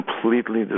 completely